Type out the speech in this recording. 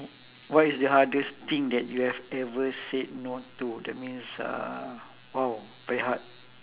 what is the hardest thing that you have ever said no to that means uh !wow! very hard